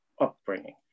upbringing